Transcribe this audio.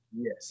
Yes